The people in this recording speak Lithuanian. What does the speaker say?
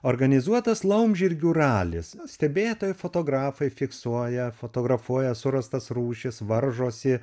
organizuotas laumžirgių ralis stebėtojai fotografai fiksuoja fotografuoja surastas rūšis varžosi